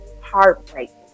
heartbreaking